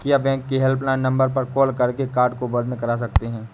क्या बैंक के helpline number पर कॉल करके कार्ड को बंद करा सकते हैं?